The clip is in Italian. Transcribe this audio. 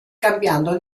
cambiando